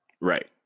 Right